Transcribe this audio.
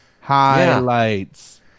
Highlights